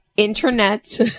Internet